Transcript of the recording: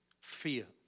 Fear